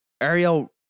ariel